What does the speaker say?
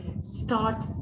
start